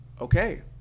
okay